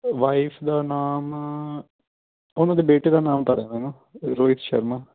wife ਦਾ ਨਾਮ ਉਹਨਾਂ ਦੇ ਬੇਟੇ ਦਾ ਨਾਮ ਤਾਂ ਦੱਸ ਦਿੰਦਾ ਰੋਹਿਤ ਸ਼ਰਮਾ